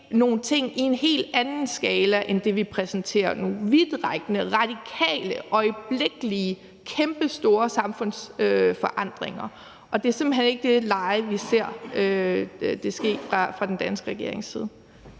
nogle ting i en helt anden skala end det, vi får præsenteret nu – vidtrækkende, radikale, øjeblikkelige, kæmpestore samfundsforandringer, og det er simpelt hen ikke i det leje, vi ser det ske fra den danske regerings side.